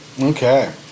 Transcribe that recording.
Okay